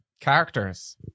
characters